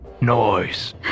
Noise